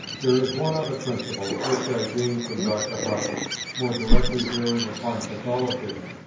there is one other principle, which i gained from dr. hawkins, more directly bearing upon catholicism,